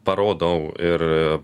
parodau ir